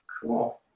cool